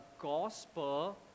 Gospel